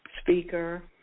speaker